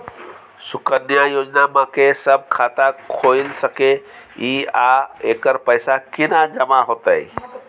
सुकन्या योजना म के सब खाता खोइल सके इ आ एकर पैसा केना जमा होतै?